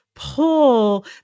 pull